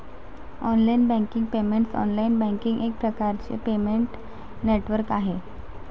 online banking payments online banking एक प्रकारचे payment network आहे